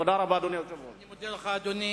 תודה, אדוני